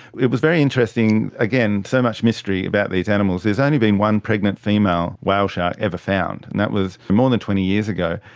it was very interesting, again, so much mystery about these animals, there is only been one pregnant female whale shark ever found, and that was more than twenty years ago.